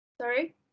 Sorry